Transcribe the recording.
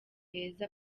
heza